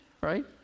Right